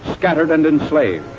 scattered and enslaved.